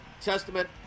Testament